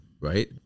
right